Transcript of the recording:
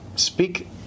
Speak